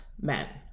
men